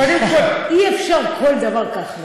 קודם כול, אי-אפשר כל דבר כחלון.